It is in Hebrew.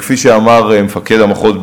כפי שאמר מפקד המחוז,